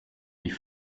die